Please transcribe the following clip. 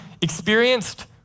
experienced